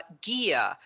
gear